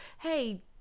Hey